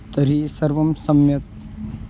तर्हि सर्वं सम्यक्